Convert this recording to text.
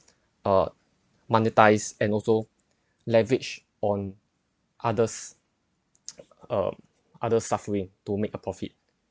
uh monetise and also leverage on others um other's suffering to make a profit